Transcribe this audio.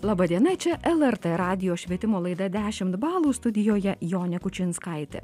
laba diena čia lrt radijo švietimo laida dešimt balų studijoje jonė kučinskaitė